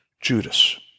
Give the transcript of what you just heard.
Judas